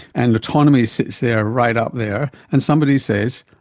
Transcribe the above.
and autonomy sits there right up there, and somebody says,